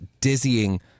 dizzying